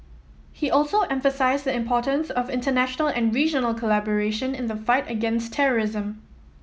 he also emphasised the importance of international and regional collaboration in the fight against terrorism